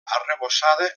arrebossada